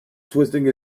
twisting